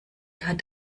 hat